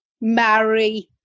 marry